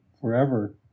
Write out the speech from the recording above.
forever